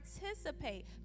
participate